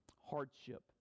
hardship